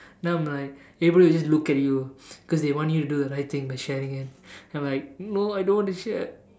now I'm like everybody will just look at you cause they want you to do the right thing by sharing it and I'm like no I don't want to share